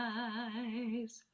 eyes